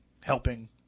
helping